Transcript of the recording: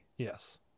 yes